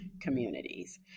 communities